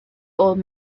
old